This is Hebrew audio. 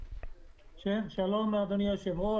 שלום אדוני היושב-ראש.